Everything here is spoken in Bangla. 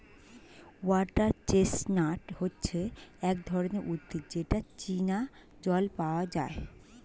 ওয়াটার চেস্টনাট হচ্ছে এক ধরনের উদ্ভিদ যেটা চীনা জল পাওয়া যায়